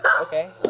Okay